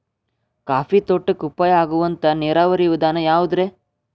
Coffee ತೋಟಕ್ಕ ಉಪಾಯ ಆಗುವಂತ ನೇರಾವರಿ ವಿಧಾನ ಯಾವುದ್ರೇ?